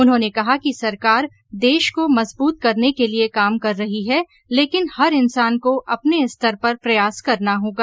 उन्होंने कहा कि सरकार देश को मजबूत करने को लिए काम कर रही है लेकिन हर इंसान को अपने स्तर पर प्रयास करना होगा